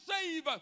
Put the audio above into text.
save